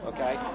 Okay